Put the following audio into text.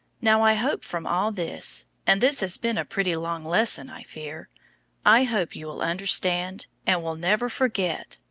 now i hope from all this and this has been a pretty long lesson i fear i hope you will understand, and will never forget,